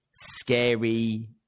scary